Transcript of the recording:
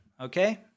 okay